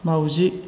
माउजि